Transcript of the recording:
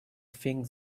think